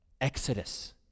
Exodus